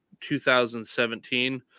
2017